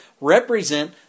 represent